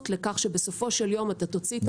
לכך שבסופו של יום אתה תוציא את הפרויקטים,